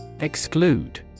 Exclude